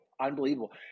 Unbelievable